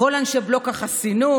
כל אנשי בלוק החסינות,